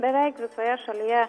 beveik visoje šalyje